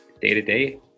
day-to-day